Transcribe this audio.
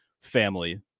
family